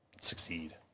succeed